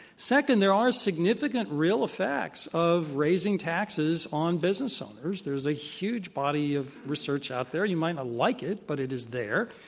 second, there are significant real effects of raising taxes on business owners. there's a huge body of research out there. you might not like it, but it is there.